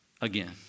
again